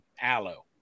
aloe